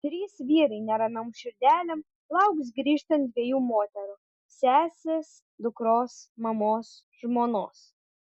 trys vyrai neramiom širdelėm lauks grįžtant dviejų moterų sesės dukros mamos žmonos